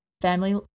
Family